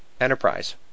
Enterprise